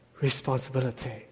responsibility